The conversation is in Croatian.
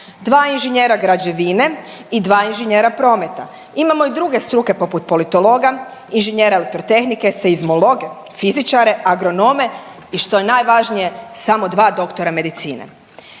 dva inženjera građevine i dva inženjera prometa. Imamo i druge struke poput politologa, inženjera elektrotehnike, seizmologe, fizičare, agronome i što je najvažnije samo dva doktora medicine.